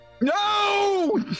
No